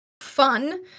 fun